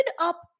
up